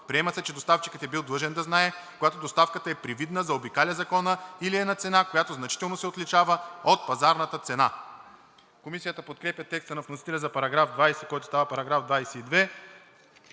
Приема се, че доставчикът е бил длъжен да знае, когато доставката е привидна, заобикаля закона или е на цена, която значително се отличава от пазарната цена.“ Комисията подкрепя текста на вносителя за § 20, който става § 22.